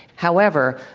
however,